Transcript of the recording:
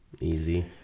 Easy